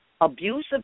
abusive